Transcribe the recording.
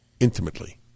Intimately